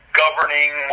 governing